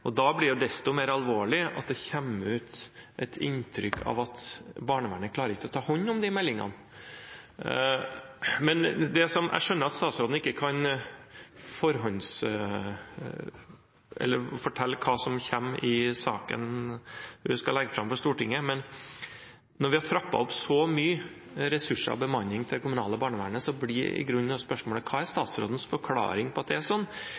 Da blir det desto mer alvorlig at det festner seg et inntrykk av at barnevernet ikke klarer å ta hånd om disse meldingene. Jeg skjønner at statsråden ikke kan fortelle hva som kommer i saken hun skal legge fram for Stortinget, men når vi har trappet opp med så mye ressurser og bemanning til det kommunale barnevernet, blir i grunnen spørsmålet: Hva er statsrådens forklaring på at det er sånn?